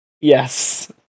Yes